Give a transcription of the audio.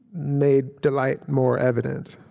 made delight more evident.